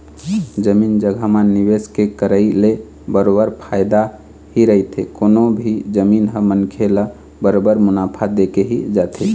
जमीन जघा म निवेश के करई ले बरोबर फायदा ही रहिथे कोनो भी जमीन ह मनखे ल बरोबर मुनाफा देके ही जाथे